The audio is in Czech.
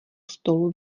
stolu